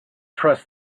trust